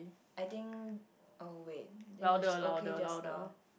I think oh wait it was okay just now